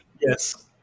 Yes